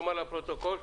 תאמר לפרוטוקול.